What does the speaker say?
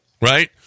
Right